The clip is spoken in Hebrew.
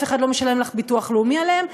אף אחד לא משלם לך ביטוח לאומי עליהן,